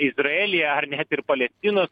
izraelyje ar net ir palestinos